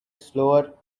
slower